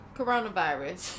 coronavirus